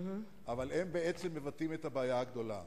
אבל הם בעצם מבטאים את הבעיה הגדולה: